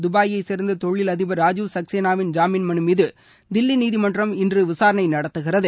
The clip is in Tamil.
துபாயை சேர்ந்த தொழிலதிபர் ராஜிவ் சக்சேனாவின் ஜாமின் மனு மீது தில்லி நீதிமன்றம் இன்று விசாரணை நடத்துகிறது